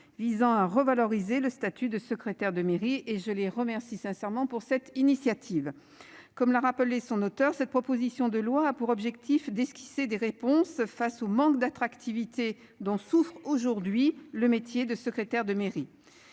visant à revaloriser le statut de secrétaire de mairie et je les remercie sincèrement pour cette initiative. Comme l'a rappelé son auteur. Cette proposition de loi a pour objectif d'esquisser des réponses face au manque d'attractivité dont souffre aujourd'hui le métier de secrétaire de mairie.